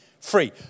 free